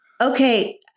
okay